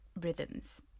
rhythms